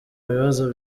bibazo